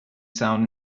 sound